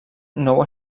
nou